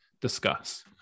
discuss